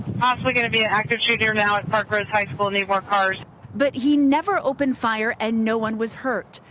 possibly going to be an active shooter now at parkrose high school. need more cars. reporter but he never opened fire and no one was hurt.